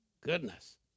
Goodness